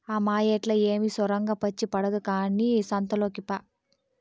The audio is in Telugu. ఆ మాయేట్లా ఏమి సొరంగం వచ్చి పడదు కానీ సంతలోకి పా